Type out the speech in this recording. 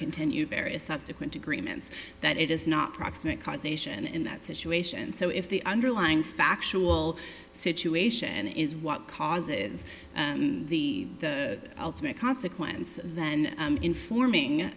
continue various subsequent agreements that it is not proximate cause ation in that situation so if the underlying factual situation is what causes the ultimate consequence then informing